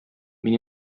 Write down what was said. мин